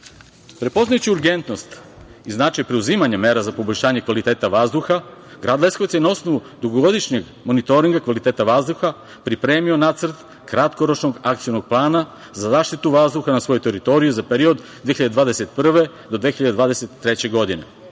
kanala. Prepoznajući urgentnost i značaj preduzimanja mera za poboljšanje kvaliteta vazduha, Grad Leskovac je na osnovu dugogodišnjeg monitoringa kvaliteta vazduha pripremi nacrt kratkoročnog akcionog plana za zaštitu vazduha na svojoj teritoriji za period 2021-2023. godine.